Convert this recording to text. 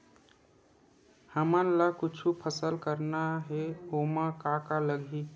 हमन ला कुछु फसल करना हे ओमा का का लगही?